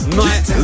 night